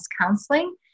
Counseling